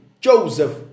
Joseph